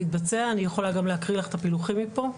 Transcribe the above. אני יכולה גם להקריא לך את הפילוחים מפה.